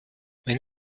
wenn